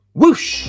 Whoosh